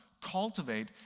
cultivate